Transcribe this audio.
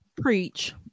preach